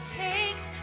takes